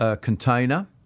container